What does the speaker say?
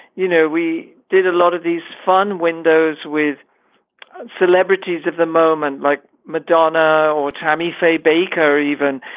you know, we did a lot of these fun windows with celebrities of the moment like madonna or tammy faye baker, even,